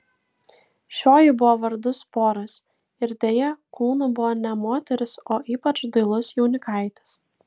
šioji buvo vardu sporas ir deja kūnu buvo ne moteris o ypač dailus jaunikaitis